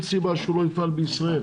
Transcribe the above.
אין סיבה שהוא לא יפעל במדינת ישראל.